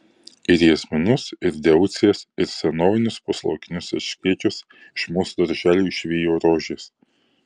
ir jazminus ir deucijas ir senovinius puslaukinius erškėčius iš mūsų darželių išvijo rožės